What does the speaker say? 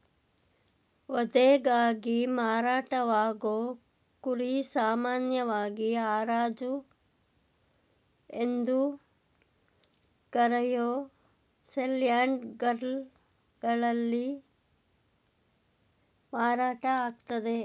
ವಧೆಗಾಗಿ ಮಾರಾಟವಾಗೋ ಕುರಿ ಸಾಮಾನ್ಯವಾಗಿ ಹರಾಜು ಎಂದು ಕರೆಯೋ ಸೇಲ್ಯಾರ್ಡ್ಗಳಲ್ಲಿ ಮಾರಾಟ ಆಗ್ತದೆ